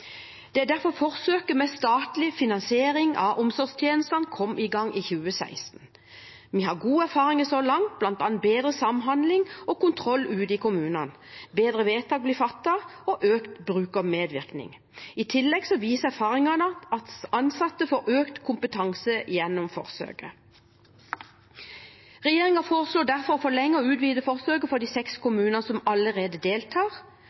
Det er derfor forsøket med statlig finansiering av omsorgstjenestene kom i gang i 2016. Vi har gode erfaringer så langt, bl.a. bedre samhandling og kontroll ute i kommunene. Bedre vedtak blir fattet, og det er økt brukermedvirkning. I tillegg viser erfaringene at ansatte får økt kompetanse gjennom forsøket. Regjeringen foreslår derfor å forlenge og utvide forsøket for de seks kommunene som allerede deltar,